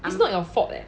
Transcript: it's not your fault leh